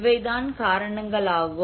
இவைதான் காரணங்கள் ஆகும்